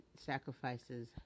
sacrifices